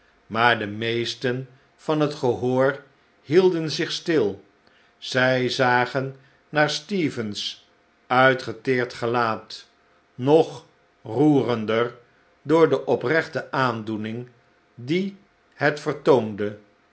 maar de meesten van het gehoor hielden zich stil zij zagen naar stephen's uitgeteerd gelaat nog roerender door de oprechte aandoening die het vertoonde